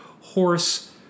horse